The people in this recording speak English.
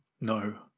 No